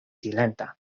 silenta